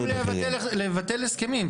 ויכול גם לבטל הסכמים.